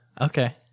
Okay